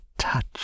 touch